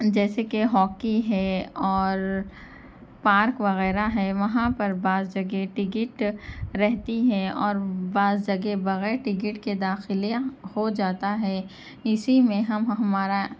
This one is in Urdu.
جیسے کہ ہاکی ہے اور پارک وغیرہ ہے وہاں پر بعض جگہ ٹکٹ رہتی ہے اور بعض جگہ بغیر ٹکٹ کے داخلے ہو جاتا ہے اِسی میں ہم و ہمارا